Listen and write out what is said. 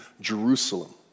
Jerusalem